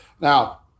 Now